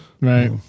Right